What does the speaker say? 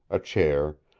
a chair,